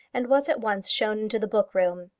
and was at once shown into the book-room.